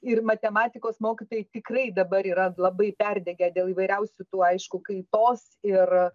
ir matematikos mokytojai tikrai dabar yra labai perdegę dėl įvairiausių tų aišku kaitos ir